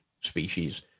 species